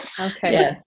Okay